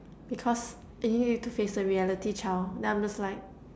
because you need to face the reality child and then I'm just like